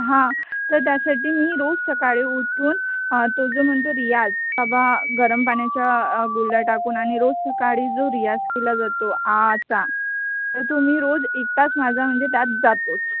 हां तर त्यासाठी मी रोज सकाळी उठून तो जो म्हणतो रियाज क बा गरम पाण्याच्या गुल्ड्या टाकून आणि रोज सकाळी जो रियाज केला जातो आचा तर तो मी रोज एक तास माझा म्हणजे त्यात जातोच